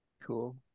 cool